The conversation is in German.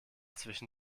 zwischen